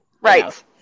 right